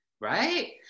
Right